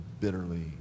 bitterly